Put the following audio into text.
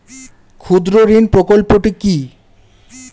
ক্ষুদ্রঋণ প্রকল্পটি কি?